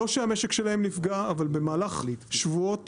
לא שהמשק שלהם נפגע, אבל במהלך שבועות